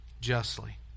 justly